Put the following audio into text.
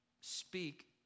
speak